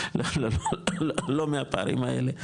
לא מהפערים האלה,